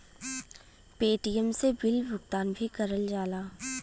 Paytm से bill भुगतान भी करल जाला